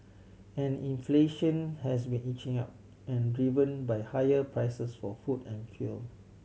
and inflation has been inching up and driven by higher prices for food and fuel